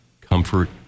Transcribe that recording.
comfort